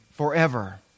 forever